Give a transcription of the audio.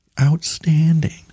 Outstanding